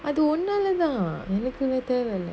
அது ஒன்னாளதா எனக்குனா தேவல்ல:athu onnaalathaa enakunaa thevalla